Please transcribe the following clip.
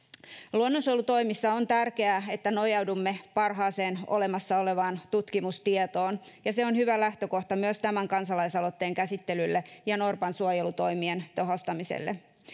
luonnonsuojelutoimissa on tärkeää että nojaudumme parhaaseen olemassa olevaan tutkimustietoon ja se on hyvä lähtökohta myös tämän kansalaisaloitteen käsittelylle ja norpansuojelutoimien tehostamiselle